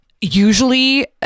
usually